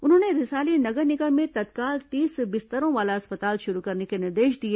उन्होंने रिसाली नगर निगम में तत्काल तीस बिस्तरों वाला अस्पताल शुरू करने के निर्देश दिए